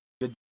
Good